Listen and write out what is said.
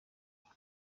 cane